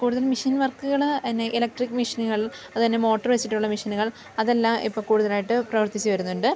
കൂടുതലും മിഷിൻ വർക്കുകളാണ് പിന്നെ എലക്ട്രിക് മിഷിനുകൾ അതുപോലെ തന്നെ മോട്ടര് വെച്ചിട്ടുള്ള മിഷിനുകൾ അതെല്ലാം ഇപ്പോള് കൂടുതലായിട്ട് പ്രവർത്തിച്ച് വരുന്നുണ്ട്